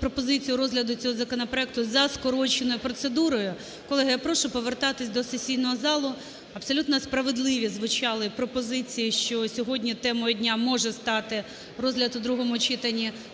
пропозицію розгляду цього законопроекту за скороченою процедурою. Колеги, я прошу повертатись до сесійного залу. Абсолютно справедливі звучали пропозиції, що сьогодні темою дня може стати розгляд у другому читанні